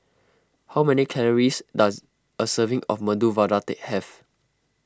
how many calories does a serving of Medu Vada they have